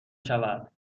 شود